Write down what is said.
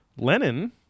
Lenin